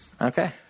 Okay